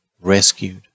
rescued